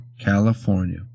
California